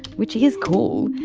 which is cool,